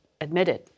admitted